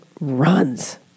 runs